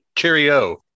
Cheerio